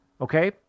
Okay